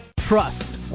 Trust